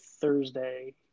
thursday